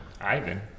Ivan